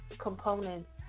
components